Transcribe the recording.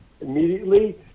immediately